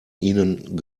ihnen